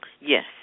Yes